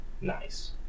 nice